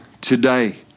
today